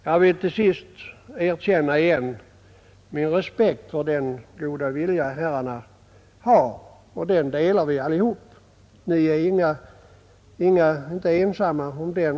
Jag vill till sist än en gång erkänna min respekt för den goda vilja herrarna har. Den delar vi alla. Ni är inte alls ensamma om den.